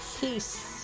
Peace